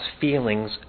feelings